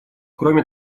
кроме